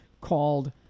called